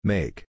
Make